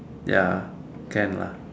ya can lah